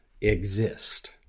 exist